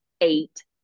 eight